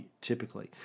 typically